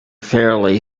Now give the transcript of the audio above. fairly